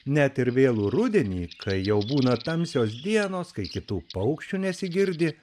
net ir vėlų rudenį kai jau būna tamsios dienos kai kitų paukščių nesigirdi